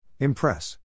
Impress